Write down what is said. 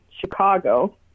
Chicago